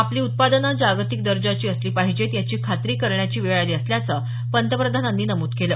आपली उत्पादनं जागतिक दर्जाची असली पाहिजेत याची खात्री करण्याची वेळ आली असल्याचं पंतप्रधानांनी नमूद केलं